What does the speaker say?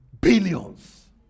Billions